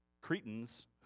Cretans